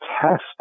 test